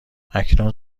اکنون